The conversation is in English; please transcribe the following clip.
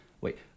Wait